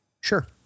Sure